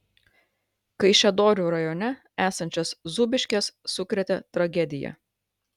kaišiadorių rajone esančias zūbiškes sukrėtė tragedija